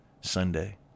Sunday